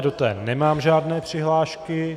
Do té nemám žádné přihlášky.